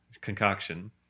concoction